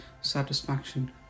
satisfaction